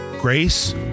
Grace